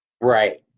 Right